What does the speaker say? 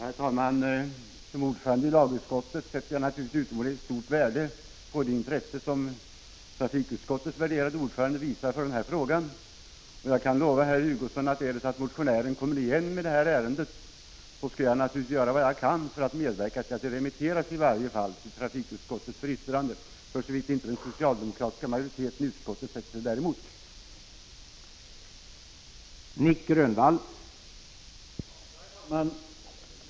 Herr talman! Som ordförande i lagutskottet sätter jag naturligtvis utomordentligt stort värde på det intresse som trafikutskottets värderade ordförande visar för denna fråga. Jag kan lova herr Hugosson, att om motionären kommer igen med detta ärende skall jag göra vad jag kan för att medverka till att det remitteras i varje fall till trafikutskottet för yttrande, för så vitt inte den socialdemokratiska majoriteten i utskottet motsätter sig att så sker.